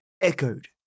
echoed